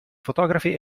fotografi